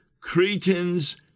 Cretans